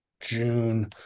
June